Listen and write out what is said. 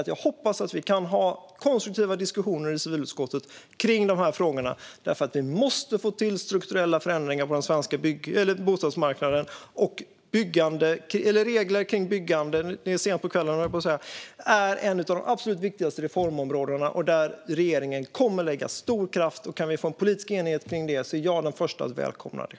Jag hoppas att vi kan ha konstruktiva diskussioner i civilutskottet kring dessa frågor, för vi måste få till strukturella förändringar på den svenska bostadsmarknaden. Regler kring byggande är ett av de absolut viktigaste reformområdena, där regeringen kommer att lägga stor kraft. Kan vi få en politisk enighet kring det är jag den första att välkomna det.